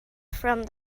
from